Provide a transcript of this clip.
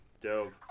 Dope